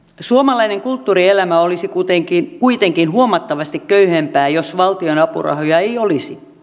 suomalainen kulttuurielämä olisi kuitenkin huomattavasti köyhempää jos valtion apurahoja ei olisi